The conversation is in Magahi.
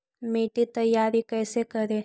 मिट्टी तैयारी कैसे करें?